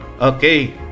Okay